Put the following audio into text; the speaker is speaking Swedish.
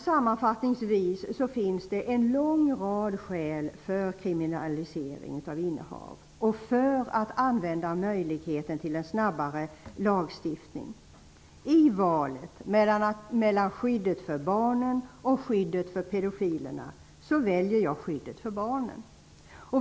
Sammanfattningsvis finns det en lång rad skäl för kriminalisering av innehav och för att använda möjligheten till en snabbare lagstiftning. I valet mellan skyddet för barnen och skyddet för pedofilerna, väljer jag skyddet för barnen.